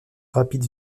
rapid